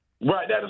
Right